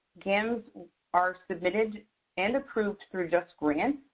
gams are submitted and approved through justgrants.